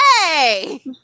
hey